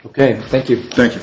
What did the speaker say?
ok thank you thank you